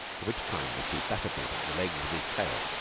for which kindness he battered me about the legs with his tail,